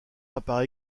apparaît